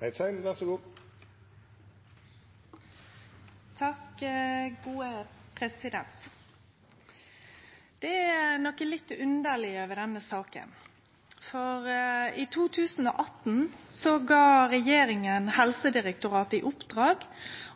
Det er noko litt underleg over denne saka. I 2018 gav regjeringa Helsedirektoratet i oppdrag